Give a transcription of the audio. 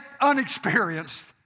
unexperienced